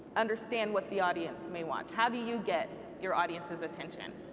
understand what the audience may want. how do you get your audience's attention?